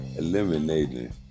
eliminating